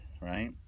right